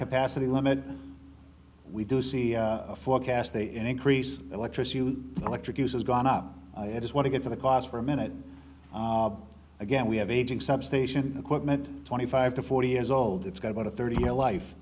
capacity limit we do see forecasts they increase electricity electric use has gone up i just want to get to the cost for a minute again we have aging substation equipment twenty five to forty years old it's got a thirty year life